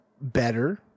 better